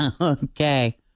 Okay